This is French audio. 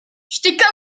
j’étais